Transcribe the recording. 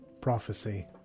prophecy